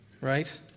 right